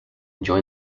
join